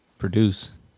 Produce